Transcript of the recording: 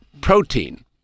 protein